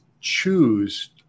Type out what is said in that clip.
choose